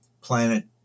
planet